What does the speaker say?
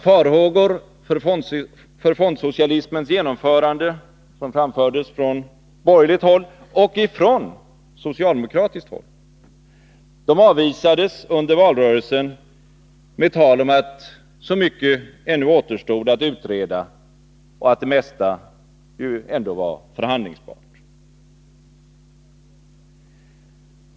Farhågor för fondsocialismens genomförande som framfördes från borgerligt håll men också från socialdemokratiskt håll avvisades under valrörelsen med tal om att så mycket ännu återstod att utreda och att det mesta ju ändå var förhandlingsbart.